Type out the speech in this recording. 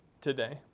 today